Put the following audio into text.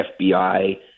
FBI